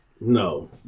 No